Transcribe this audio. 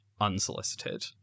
unsolicited